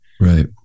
Right